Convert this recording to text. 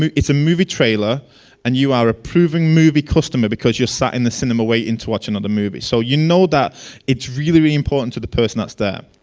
it's a movie trailer and you are approving movie customer, because your sat in the cinema way into watch another movie. so you know that it's really important to the person that's there.